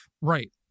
Right